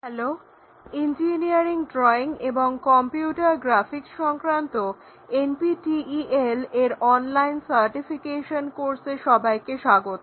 hello engineering drawing এবং computer graphics সংক্রান্ত NPTEL এর অনলাইন সার্টিফিকেশন কোর্সে সবাইকে স্বাগত